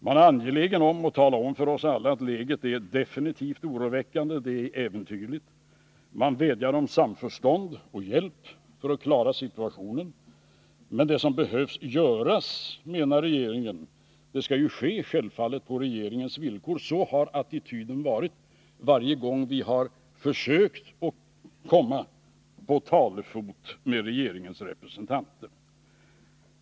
Man är angelägen att tala om för oss alla att läget definitivt är oroväckande och äventyrligt. Man vädjar om samförstånd och hjälp för att klara situationen, men det som behöver göras menar regeringen självfallet skall ske på regeringens villkor —så har attityden varit varje gång vi har försökt komma på talefot med regeringens representanter.